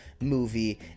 movie